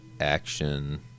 action